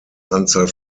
anzahl